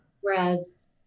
Whereas